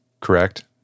correct